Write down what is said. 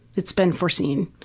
it's been foreseen.